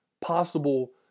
possible